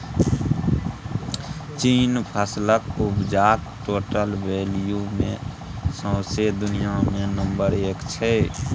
चीन फसलक उपजाक टोटल वैल्यू मे सौंसे दुनियाँ मे नंबर एक छै